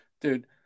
Dude